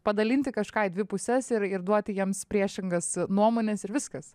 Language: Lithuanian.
padalinti kažką į dvi puses ir ir duoti jiems priešingas nuomones ir viskas